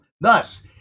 Thus